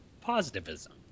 Positivism